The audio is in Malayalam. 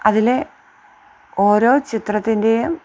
അതിലേ ഓരോ ചിത്രത്തിൻ്റെയും